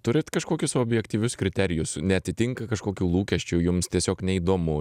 turit kažkokius objektyvius kriterijus neatitinka kažkokių lūkesčių jums tiesiog neįdomu